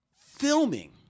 filming